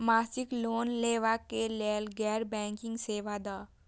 मासिक लोन लैवा कै लैल गैर बैंकिंग सेवा द?